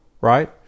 right